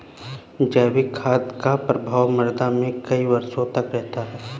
जैविक खाद का प्रभाव मृदा में कई वर्षों तक रहता है